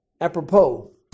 apropos